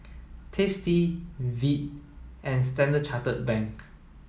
Tasty Veet and Standard Chartered Bank